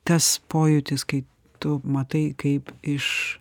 tas pojūtis kai tu matai kaip iš